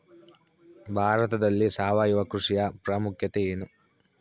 ಭಾರತದಲ್ಲಿ ಸಾವಯವ ಕೃಷಿಯ ಪ್ರಾಮುಖ್ಯತೆ ಎನು?